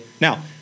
Now